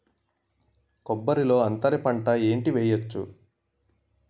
కొబ్బరి లో అంతరపంట ఏంటి వెయ్యొచ్చు?